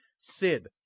Sid